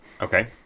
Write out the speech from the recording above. Okay